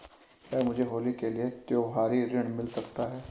क्या मुझे होली के लिए त्यौहारी ऋण मिल सकता है?